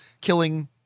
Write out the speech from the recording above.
killing